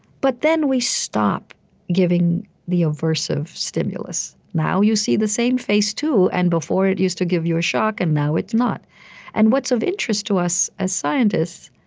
but then we stopped giving the aversive stimulus. now you see the same face, too, and before it used to give you a shock, and now it does not and what's of interest to us, as scientists,